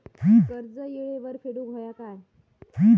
कर्ज येळेवर फेडूक होया काय?